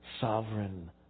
sovereign